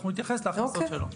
אנחנו נתייחס להכנסות שלו.